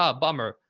ah bummer.